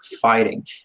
fighting